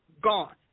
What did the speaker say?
gone